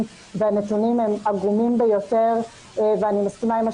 בנתונים העגומים ביותר ואני מסכימה עם מה